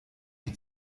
die